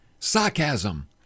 Sarcasm